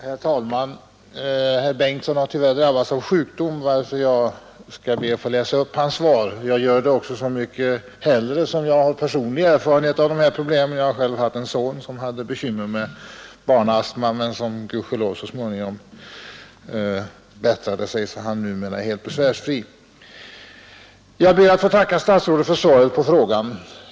Herr talman! Herr Bengtsson i Göteborg har tyvärr drabbats av sjukdom, varför jag skall be att få läsa upp hans tack för svaret. Jag gör det mycket gärna, eftersom jag har personlig erfarenhet av de här problemen. Jag har själv en son som hade bekymmer med barnastma, men som gudskelov så småningom bättrade sig, så att han numera är helt besvärsfri. — Jag läser alltså upp herr Bengtssons skrivna anförande: Jag ber att få tacka statsrådet för svaret på min fråga.